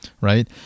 right